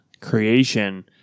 creation